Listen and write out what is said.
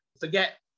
forget